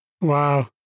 Wow